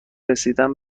رسیدن